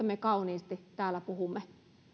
me kauniisti täällä puhumme